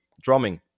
drumming